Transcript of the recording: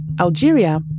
Algeria